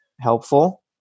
helpful